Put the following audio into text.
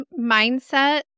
mindset